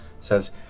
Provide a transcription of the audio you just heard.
says